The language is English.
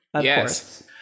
Yes